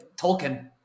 Tolkien